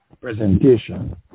presentation